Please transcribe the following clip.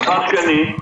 דבר שני,